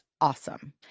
awesome